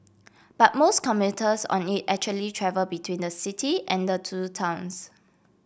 but most commuters on it actually travel between the city and the two towns